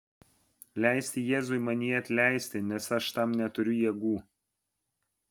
leisti jėzui manyje atleisti nes aš tam neturiu jėgų